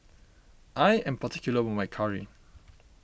I am particular about my Curry